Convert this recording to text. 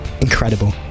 Incredible